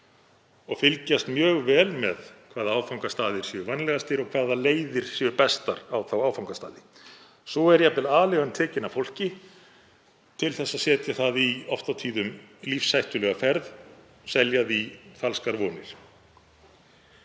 og fylgjast mjög vel með hvaða áfangastaðir eru vænlegastir og hvaða leiðir eru bestar á þá áfangastaði. Svo er jafnvel aleigan tekinn af fólki til að senda það oft og tíðum í lífshættulega ferð, selja því falskar vonir.